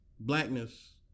blackness